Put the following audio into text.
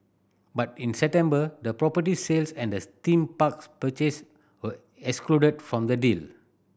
but in the property sales and the theme parks purchase were excluded from the deal